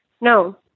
No